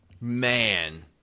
Man